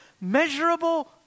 measurable